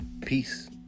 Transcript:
peace